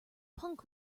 punk